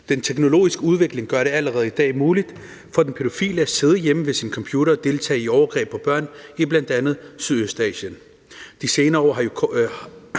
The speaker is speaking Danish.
Den teknologiske udvikling gør det allerede i dag muligt for den pædofile at sidde hjemme ved sin computer og deltage i overgreb på børn i bl.a. Sydøstasien. I de senere år er det